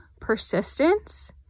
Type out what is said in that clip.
persistence